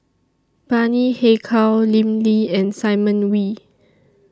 Bani Haykal Lim Lee and Simon Wee